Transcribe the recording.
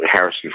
Harrison